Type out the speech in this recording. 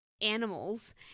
animals